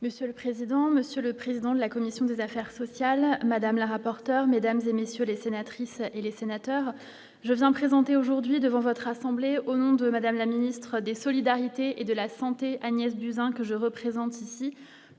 Monsieur le président, Monsieur le président de la commission des affaires sociales Madame la rapporteur mesdames et messieurs les sénatrices et les sénateurs je viens présenter aujourd'hui devant votre assemblée, au nom de madame la ministre des solidarités et de la Santé, Agnès ans que je représente ici